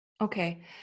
Okay